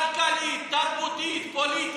כלכלית, תרבותית, פוליטית.